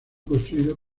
construido